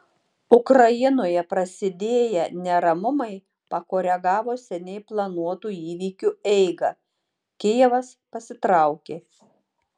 ukrainoje prasidėję neramumai pakoregavo seniai planuotų įvykiu eigą kijevas pasitraukė